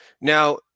Now